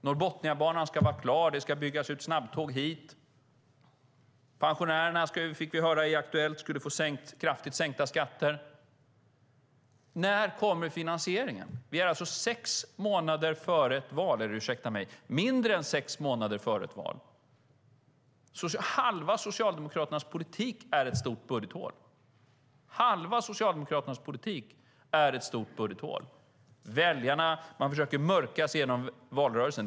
Norrbotniabanan ska vara klar, det ska byggas ut snabbtåg och pensionärerna, fick vi höra i Aktuellt , ska få kraftigt sänkta skatter. När kommer finansieringen? Det är nu alltså mindre än sex månader före valet. Halva Socialdemokraternas politik är ett stort budgethål. Man försöker mörka sig igenom valrörelsen.